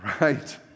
Right